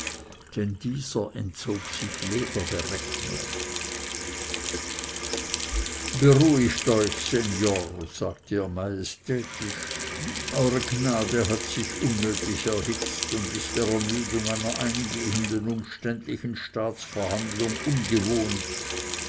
denn dieser entzog sich jeder berechnung beruhigt euch sennor sagte er majestätisch eure gnade hat sich unnötig erhitzt und ist der ermüdung einer eingehenden umständlichen staatsverhandlung ungewohnt